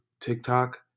TikTok